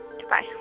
Goodbye